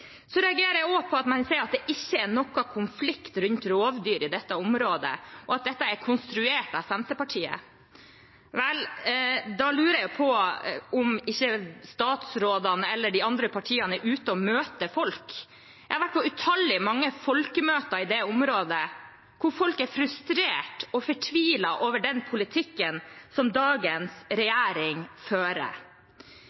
reagerer også på at man sier at det ikke er noen konflikt rundt rovdyr i dette området, og at dette er konstruert av Senterpartiet. Da lurer jeg på om ikke statsrådene eller de andre partiene er ute og møter folk. Jeg har vært på utallige folkemøter i det området, hvor folk er frustrert og fortvilet over den politikken som dagens